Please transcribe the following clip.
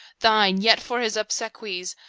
thine, yet for his obsequies,